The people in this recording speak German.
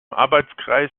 arbeitskreis